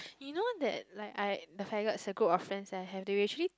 you know that like I the faggots the group of friends that I have they've actually